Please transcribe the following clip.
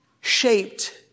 shaped